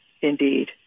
Indeed